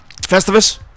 Festivus